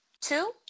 Two